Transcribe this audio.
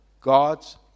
God's